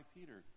Peter